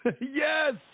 yes